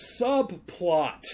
subplot